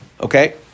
Okay